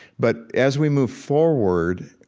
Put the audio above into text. but as we move forward,